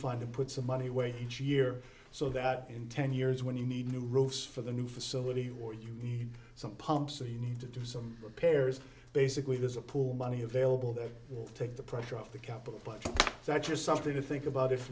fund to put some money away each year so that in ten years when you need new roofs for the new facility or your sump pump so you need to do some repairs basically there's a pool of money available that will take the pressure off the capital but that you're something to think about if